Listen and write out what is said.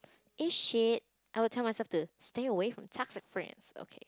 it's shit I would tell myself to stay away from toxic friends okay